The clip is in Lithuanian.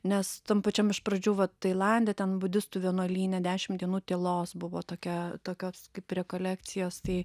nes tam pačiam iš pradžių vat tailande ten budistų vienuolyne dešim dienų tylos buvo tokia tokios kaip rekolekcijos tai